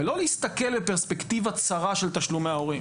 ולא להסתכל בפרספקטיבה צרה של תשלומי ההורים